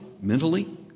Mentally